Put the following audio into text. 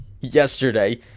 yesterday